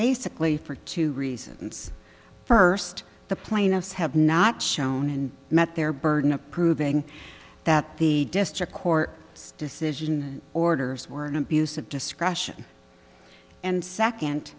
basically for two reasons first the plaintiffs have not shown and met their burden of proving that the district court decision orders were an abuse of discretion and second